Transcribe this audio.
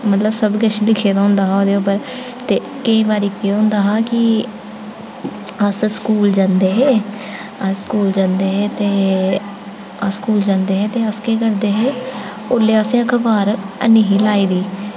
मतलब सब किश लिखे दा होंदा हा ओह्दे उप्पर ते केईं बार केह् होंदा हा कि अस स्कूल जंदे हे अस स्कूल जंदे हे ते अस केह् करदे हे ओल्लै असें अखबार ऐनी ही लाई दी